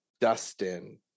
Dustin